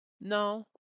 no